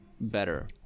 better